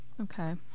Okay